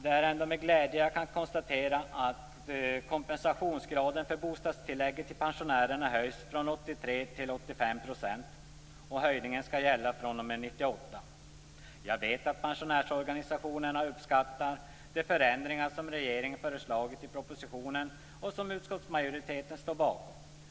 Det är ändå med glädje jag kan konstatera att kompensationsgraden för bostadstillägget till pensionärerna höjs från 83 % till 85 %. Höjningen skall gälla fr.o.m. 1998. Jag vet att pensionärsorganisationerna uppskattar de förändringar som regeringen föreslagit i propositionen och som utskottsmajoriteten står bakom.